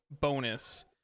bonus